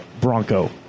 Bronco